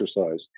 exercise